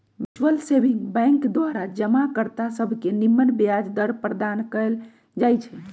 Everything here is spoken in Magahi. म्यूच्यूअल सेविंग बैंक द्वारा जमा कर्ता सभके निम्मन ब्याज दर प्रदान कएल जाइ छइ